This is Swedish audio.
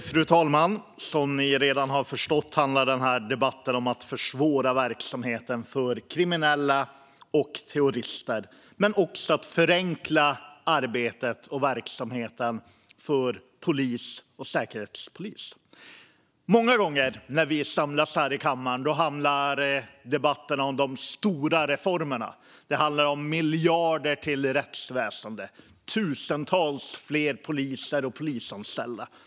Fru talman! Som ni redan har förstått handlar den här debatten om att försvåra verksamheten för kriminella och terrorister men också om att förenkla arbetet och verksamheten för polis och säkerhetspolis. Många gånger när vi samlas här i kammaren handlar debatten om de stora reformerna. Det handlar om miljarder till rättsväsendet och tusentals fler poliser och polisanställda.